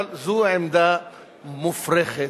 אבל זו עמדה מופרכת,